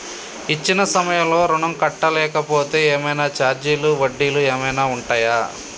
ఇచ్చిన సమయంలో ఋణం కట్టలేకపోతే ఏమైనా ఛార్జీలు వడ్డీలు ఏమైనా ఉంటయా?